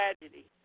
tragedy